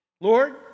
Lord